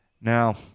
Now